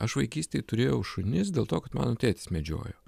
aš vaikystėj turėjau šunis dėl to kad mano tėtis medžiojo